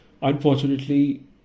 Unfortunately